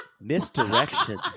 Misdirection